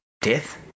death